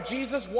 Jesus